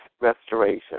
restoration